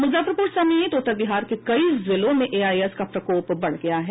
मुजफ्फरपुर समेत उत्तर बिहार के कई जिलों में एईएस का प्रकोप बढ़ गया है